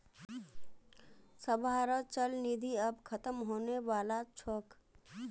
सबहारो चल निधि आब ख़तम होने बला छोक